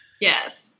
Yes